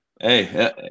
Hey